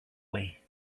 way